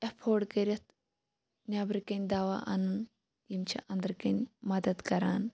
ایٚفوڑ کٔرِتھ نیٚبرٕ کنہ دوا اَنُن یِم چھِ اندرٕ کنہ مدد کران